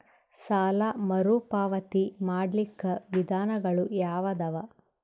ಸಾಲ ಮರುಪಾವತಿ ಮಾಡ್ಲಿಕ್ಕ ವಿಧಾನಗಳು ಯಾವದವಾ?